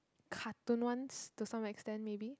cartoon ones to some extend maybe